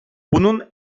bunun